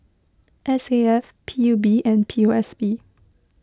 S A F P U B and P O S B